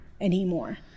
anymore